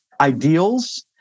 ideals